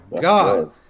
god